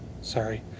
sorry